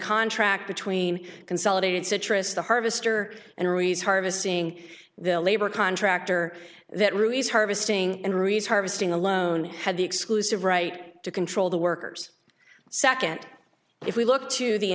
contract between consolidated citrus the harvester and ruiz harvesting the labor contractor that ruiz harvesting and rees harvesting alone had the exclusive right to control the workers second if we look to the